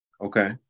Okay